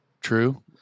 True